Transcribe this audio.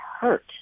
hurt